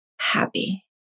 happy